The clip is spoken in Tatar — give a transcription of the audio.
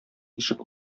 ишек